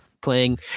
playing